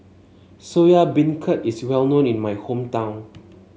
Soya Beancurd is well known in my hometown